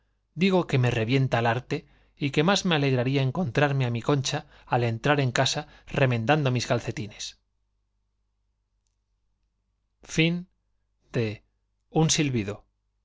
digo que me revienta el arte y que más me alegraría encontrarme á mi concha al entrar en casa remen dando mis calcetines por